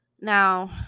now